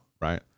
right